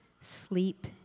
sleep